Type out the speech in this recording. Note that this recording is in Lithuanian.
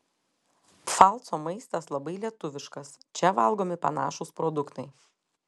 pfalco maistas labai lietuviškas čia valgomi panašūs produktai